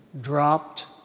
dropped